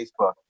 Facebook